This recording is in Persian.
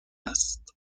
است